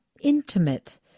intimate